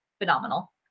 phenomenal